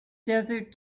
desert